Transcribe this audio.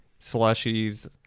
slushies